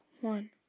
one